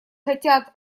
хотят